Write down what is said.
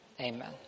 Amen